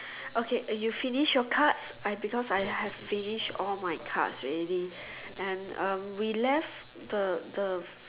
okay are you finish your card I because I have finish all my cards already and um we left the the